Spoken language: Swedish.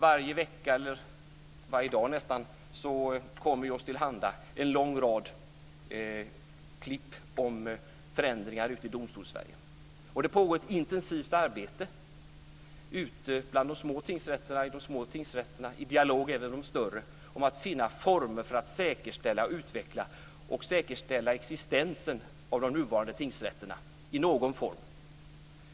Varje vecka, eller nästan varje dag, kommer oss till handa en lång rad klipp om förändringar ute i Domstolssverige. Det pågår ett intensivt arbete ute i de små tingsrätterna, i dialog även med de större, med att finna former för att säkerställa och utveckla existensen av de nuvarande tingsrätterna i någon form.